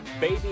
baby